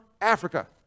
Africa